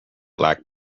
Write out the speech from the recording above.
lack